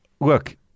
look